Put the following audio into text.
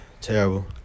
Terrible